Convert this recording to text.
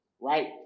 right